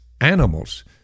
animals